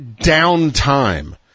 downtime